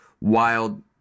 wild